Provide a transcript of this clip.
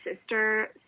sister